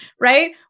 right